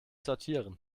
sortieren